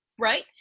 right